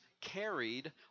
carried